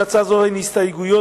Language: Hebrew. להצעה זו אין הסתייגויות,